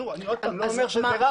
שוב, אני לא אומר שזה רע.